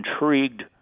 intrigued